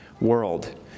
world